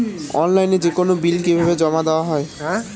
অনলাইনে যেকোনো বিল কিভাবে জমা দেওয়া হয়?